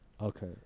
Okay